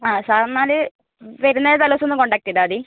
ആ സാറന്മാർ വരുന്നതിനു തലേദിവസം ഒന്നു കോൺടാക്ട് ചെയ്താൽ മതി